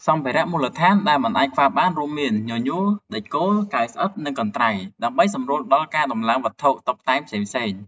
សម្ភារៈមូលដ្ឋានដែលមិនអាចខ្វះបានរួមមាន ញញួរ ដែកគោល កាវស្អិត និងកន្ត្រៃ ដើម្បីសម្រួលដល់ការដំឡើងវត្ថុតុបតែងផ្សេងៗ។